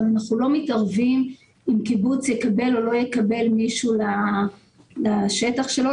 אנחנו לא מתערבים אם קיבוץ יקבל או לא יקבל מישהו לשטח שלו,